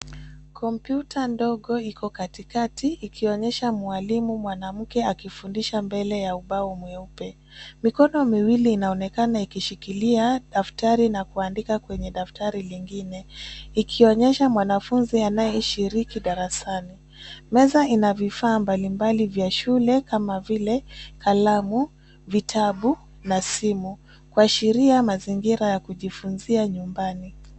Kompyuta ndogo iko katikati ikionyesha mwalimu mwanamke akifundisha mbele ya ubao mweupe. Mikono miwili inaonekana ikishikilia daftari na kuandika kwenye daftari lingine; ikionyesha mwanafunzi anayeshiriki darasani. Meza ina vifaa mbalimbali vya shule kama vile kalamu, vitabu na simu kuashiria mazingira ya kujifunzia nyumbani.